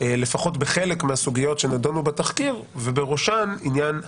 בחלק מהסוגיות שנדונות בתחקיר ובראשן עניין המאגר.